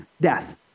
death